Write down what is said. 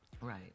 right